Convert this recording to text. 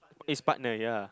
is partner ya